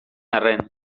arren